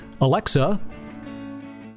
Alexa